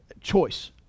Choice